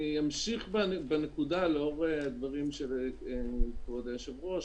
לאור הדברים של יושב-הראש,